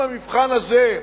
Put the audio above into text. אם המבחן הזה,